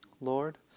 Lord